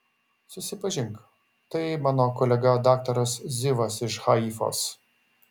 susipažink tai mano kolega daktaras zivas iš haifos